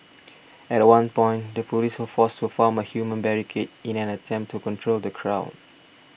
at one point the police were forced to form a human barricade in an attempt to control the crowd